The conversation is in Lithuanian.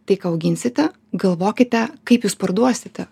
tik auginsite galvokite kaip jūs parduosite